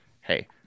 Hey